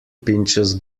pinches